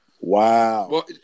Wow